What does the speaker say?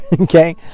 okay